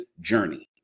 journey